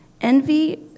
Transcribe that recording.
Envy